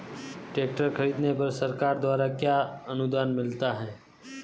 Tractor खरीदने पर सरकार द्वारा क्या अनुदान मिलता है?